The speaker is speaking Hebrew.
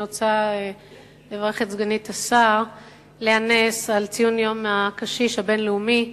אני רוצה לברך את סגנית השר לאה נס על ציון יום הקשיש הבין-לאומי.